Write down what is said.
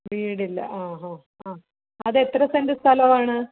വീടില്ല ആ ഹാ ആ അതെത്ര സെൻറ്റ് സ്ഥലവാണ്